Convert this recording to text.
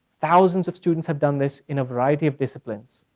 thousands of students have done this in a variety of disciplines,